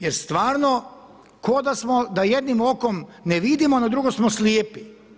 Jer stvarno kao da smo da jednim okom ne vidimo na drugo smo slijepi.